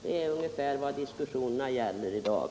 Det är ungefär vad diskussionerna gäller i dag.